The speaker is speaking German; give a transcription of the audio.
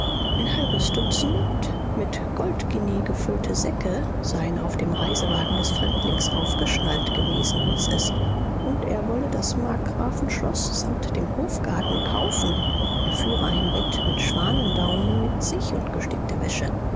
ein halb dutzend mit goldguineen gefüllte säcke seien auf dem reisewagen des fremdlings aufgeschnallt gewesen hieß es und er wolle das markgrafenschloß samt dem hofgarten kaufen er führe ein bett mit schwanendaunen mit sich und gestickte wäsche